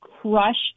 crushed